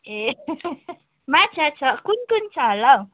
ए माछा छ कुन कुन छ होला है